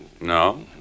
No